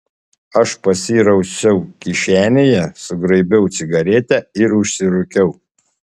aš pasirausiau kišenėje sugraibiau cigaretę ir užsirūkiau